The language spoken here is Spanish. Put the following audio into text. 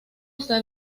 está